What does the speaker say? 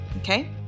okay